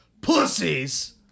pussies